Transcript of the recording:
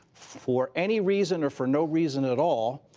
for any reason or for no reason at all.